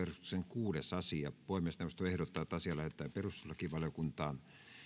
kuudes asia puhemiesneuvosto ehdottaa että asia lähetetään perustuslakivaliokuntaan